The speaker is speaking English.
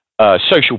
social